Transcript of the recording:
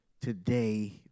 today